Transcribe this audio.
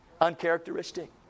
uncharacteristic